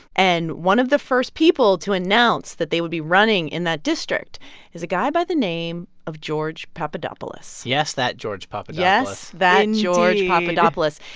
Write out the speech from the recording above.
and one of the first people to announce that they would be running in that district is a guy by the name of george papadopoulos yes, that george papadopoulos yes, that george. indeed. papadopoulos.